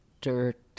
dirt